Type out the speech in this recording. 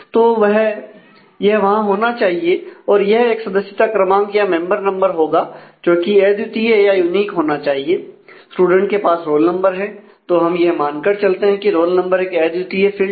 तो यह वहां होना चाहिए और यह एक सदस्यता क्रमांक या मेंबर नंबर है